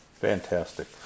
Fantastic